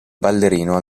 ballerino